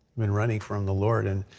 i mean running from the lord. and